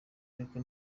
ariko